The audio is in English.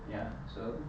ya so